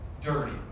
dirty